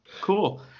cool